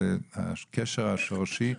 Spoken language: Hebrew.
הקשר השורשי,